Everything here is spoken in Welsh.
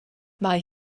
mae